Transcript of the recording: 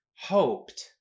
hoped